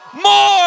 more